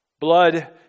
Blood